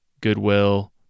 goodwill